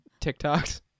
TikToks